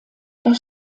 das